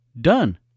Done